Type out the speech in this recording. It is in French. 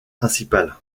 principale